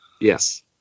Yes